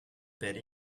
betty